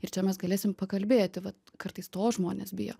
ir čia mes galėsim pakalbėti vat kartais to žmonės bijo